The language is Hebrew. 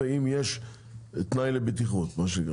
ואם יש תנאי לבטיחות.